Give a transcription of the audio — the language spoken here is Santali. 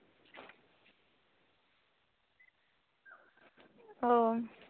ᱚ